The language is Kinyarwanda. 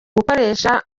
gukoresha